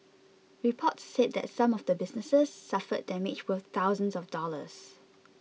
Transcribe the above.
reports said that some of the businesses suffered damage worth thousands of dollars